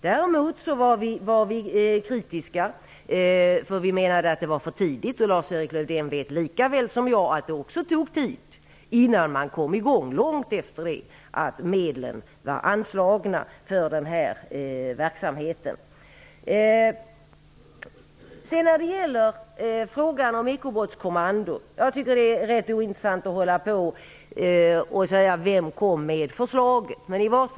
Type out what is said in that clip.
Däremot var vi kritiska, eftersom vi menade att det var för tidigt. Lars-Erik Lövdén vet lika väl som jag att det också tog tid innan man kom i gång. Det skedde långt efter att medlen för denna verksamhet var anslagna. Jag tycker att det är ganska ointressant att diskutera vem som väckte förslaget om ekobrottskommando.